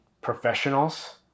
professionals